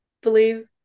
believe